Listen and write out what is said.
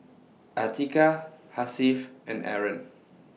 Atiqah Hasif and Aaron